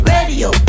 Radio